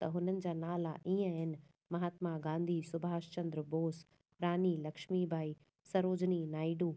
त हुननि जा नाला ईअं आहिनि महात्मा गांधी सुभाष चंद्र बोस रानी लक्ष्मी बाई सरोजिनी नायडू